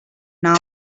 now